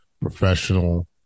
professional